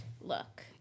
look